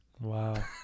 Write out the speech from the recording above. wow